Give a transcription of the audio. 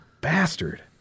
Bastard